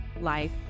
life